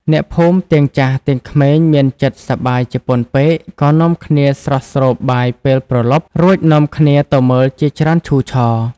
អ្នកភូមិទាំងចាស់ទាំងក្មេងមានចិត្តសប្បាយជាពន់ពេកក៏នាំគ្នាស្រស់ស្រូបបាយពេលព្រលប់ រួចនាំគ្នាទៅមើលជាច្រើនឈូឆរ។